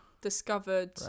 discovered